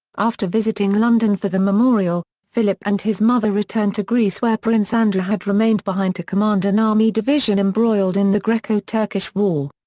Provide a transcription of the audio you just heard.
after visiting london for the memorial, philip and his mother returned to greece where prince andrew had remained behind to command an army division embroiled in the greco-turkish war.